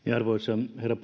herra